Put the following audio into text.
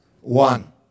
one